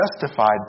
justified